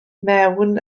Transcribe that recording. mewn